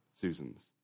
Susan's